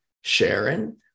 Sharon